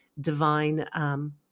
Divine